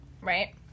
right